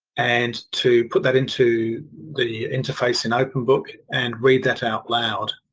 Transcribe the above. and to put that into the interface in openbook and read that out loud.